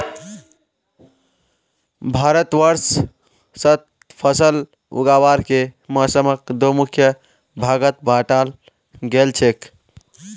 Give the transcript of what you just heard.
भारतवर्षत फसल उगावार के मौसमक दो मुख्य भागत बांटाल गेल छेक